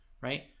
right